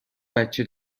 بچه